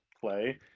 play